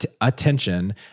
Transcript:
attention